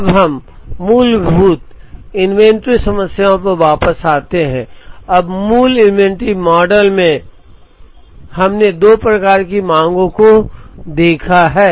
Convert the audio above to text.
अब हम मूलभूत इन्वेंट्री समस्याओं पर वापस जाते हैं अब मूल इन्वेंट्री मॉडल में हमने दो प्रकार की मांगों को देखा है